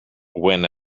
when